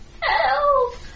Help